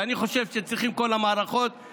ואני חושב שצריכות כל המערכות,